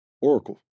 Oracle